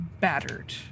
battered